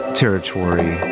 territory